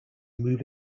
move